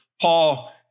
Paul